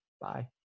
Bye